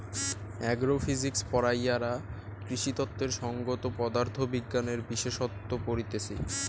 agro physics পড়াইয়ারা কৃষিতত্ত্বের সংগত পদার্থ বিজ্ঞানের বিশেষসত্ত পড়তিছে